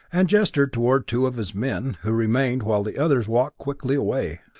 and gestured toward two of his men, who remained, while the others walked quickly away.